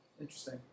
Interesting